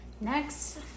Next